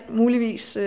muligvis